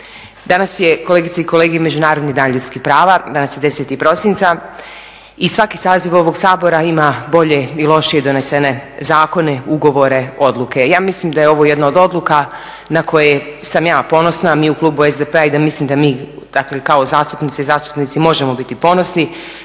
Danas je kolegice i kolege Međunarodni dan ljudskih prava, danas je 10. prosinca i svaki saziv ovog Sabora ima bolje i lošije donesene zakone, ugovore, odluke. Ja mislim da je ovo jedna od odluka na koje sam ja ponosna, mi u klubu SDP-a i da mislim da mi dakle kao zastupnice i zastupnici možemo biti ponosni